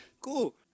Cool